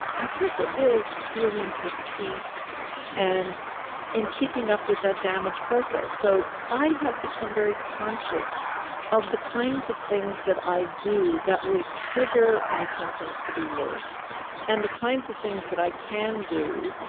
i guess it is feeling at peace and in keeping up with that damage process. so i have become very conscious of the kinds of things that i do that will trigger my symptoms to be worse and the kinds of things that i can do,